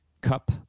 cup